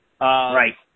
Right